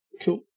Cool